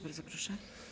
Bardzo proszę.